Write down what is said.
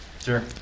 Sure